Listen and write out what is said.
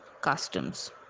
customs